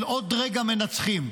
של עוד רגע מנצחים.